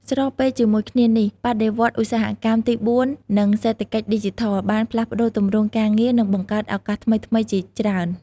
ស្របពេលជាមួយគ្នានេះ បដិវត្តន៍ឧស្សាហកម្មទី ៤ និងសេដ្ឋកិច្ចឌីជីថល បានផ្លាស់ប្តូរទម្រង់ការងារ និងបង្កើតឱកាសថ្មីៗជាច្រើន។